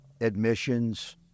admissions